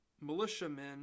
militiamen